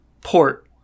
port